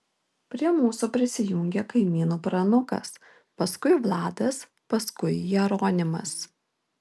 prie mūsų prisijungė kaimynų pranukas paskui vladas paskui jeronimas